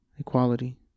Equality